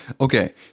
Okay